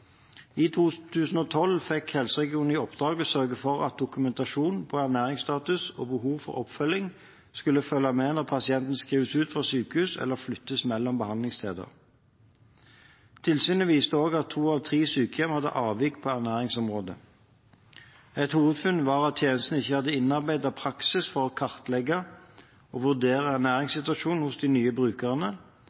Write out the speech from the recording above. I 2012 fikk helseregionene i oppdrag å sørge for at dokumentasjon på ernæringsstatus og behov for oppfølging skulle følge med når pasienten skrives ut fra sykehuset eller flyttes mellom behandlingssteder. Tilsynet viste også at to av tre sykehjem hadde avvik på ernæringsområdet. Et hovedfunn var at tjenestene ikke hadde innarbeidet praksis for å kartlegge og vurdere ernæringssituasjonen hos de nye brukerne,